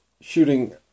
shooting